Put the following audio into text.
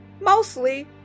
mostly